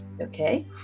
Okay